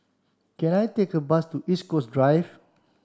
can I take a bus to East Coast Drive